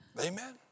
Amen